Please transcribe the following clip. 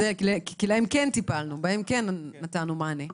כי בהם כן טיפלנו ולהם כן נתנו מענה.